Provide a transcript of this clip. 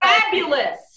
fabulous